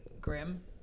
grim